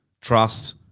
trust